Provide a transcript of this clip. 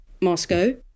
Moscow